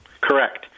Correct